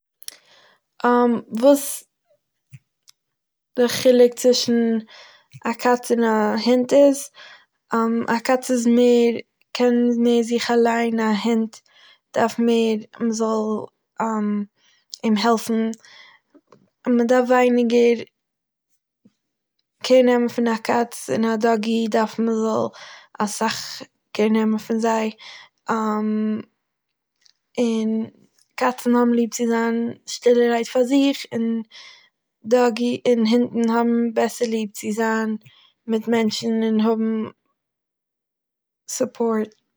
וואס די חילוק צווישן א קאץ און א הונט איז א קאץ איז מער, קען מער זיך אליין, א הונט דארף מער מ'זאל אים העלפן מ'דארף ווייניגער קעיר נעמען פון א קאץ און א דאגי דארף מ'זאל אסאך קעיר נעמען פון זיי און קאצ'ן האבן ליב צו זיין שטילערהייט פאר זיך, און דאגי און הונטן האבן בעסער ליב צו זיין מיט מענטשען און האבן סאפארט.